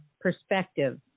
perspective